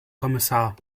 kommissar